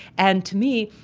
and to me,